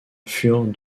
furent